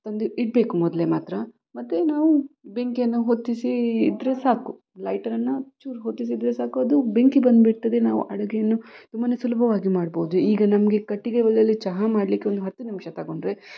ತಂದು ಇಡಬೇಕು ಮೊದಲೇ ಮಾತ್ರ ಮತ್ತು ನಾವು ಬೆಂಕಿಯನ್ನು ಹೊತ್ತಿಸಿ ಇದ್ದರೆ ಸಾಕು ಲೈಟರನ್ನು ಚೂರು ಹೊತ್ತಿಸಿದರೆ ಸಾಕು ಅದು ಬೆಂಕಿ ಬಂದುಬಿಡ್ತದೆ ನಾವು ಅಡಿಗೆಯನ್ನು ತುಂಬಾ ಸುಲಭವಾಗಿ ಮಾಡ್ಬೌದು ಈಗ ನಮಗೆ ಕಟ್ಟಿಗೆ ಒಲೆಯಲ್ಲಿ ಚಹಾ ಮಾಡ್ಲಿಕ್ಕೆ ಒಂದು ಹತ್ತು ನಿಮಿಷ ತಗೊಂಡ್ರೆ